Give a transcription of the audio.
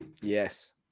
Yes